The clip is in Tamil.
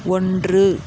ஒன்று